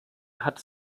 hat